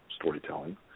storytelling